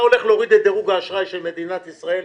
אתה הולך להוריד את דירוג האשראי של מדינת ישראל,